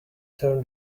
turn